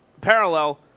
parallel